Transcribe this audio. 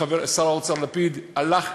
שר האוצר לפיד הלך,